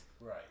Right